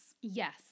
Yes